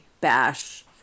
bash